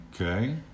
Okay